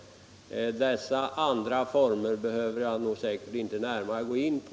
Dessa andra former behöver jag inte här närmare gå in på.